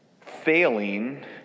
failing